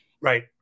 Right